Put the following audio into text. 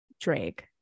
drake